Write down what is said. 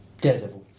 Daredevil